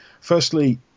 Firstly